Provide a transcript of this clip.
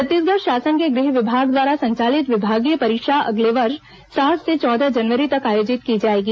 छत्तीसगढ़ शासन के गृह विभाग द्वारा संचालित विभागीय परीक्षा अगले वर्ष सात से चौदह जनवरी तक आयोजित की जाएगी